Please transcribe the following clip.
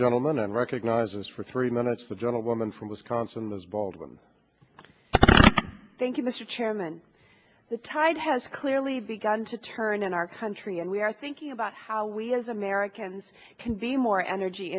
gentleman and recognizes for three minutes the gentleman from wisconsin is baldwin thank you mr chairman the tide has clearly begun to turn in our country and we are thinking about how we as americans can be more energy